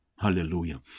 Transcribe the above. Hallelujah